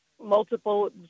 multiple